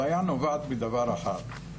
הבעיה נובעת מדבר אחד: